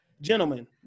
gentlemen